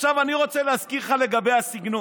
עכשיו אני רוצה להזכיר לך לגבי הסגנון.